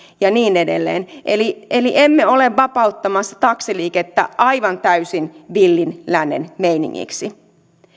ja niin edelleen eli eli emme ole vapauttamassa taksiliikennettä aivan täysin villin lännen meiningiksi